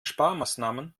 sparmaßnahmen